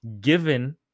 given